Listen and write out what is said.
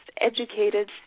educated